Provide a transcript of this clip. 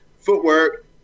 footwork